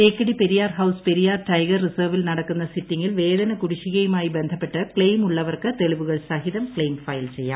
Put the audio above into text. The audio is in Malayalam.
തേക്കടി പെരിയാർ ഹൌ്സ് പെരിയാർ ടൈഗർ റിസർവിൽ നട ക്കുന്ന സിറ്റിംഗിൽ വേതന കുടിശ്ശികയുമായി ബന്ധപ്പെട്ട് ക്ലെയിം ഉള്ളവർക്ക് തെളിവുകൾ സഹിതം ക്ലെയിം ഫയൽ ചെയ്യാം